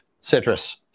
citrus